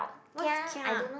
what's kia